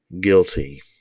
guilty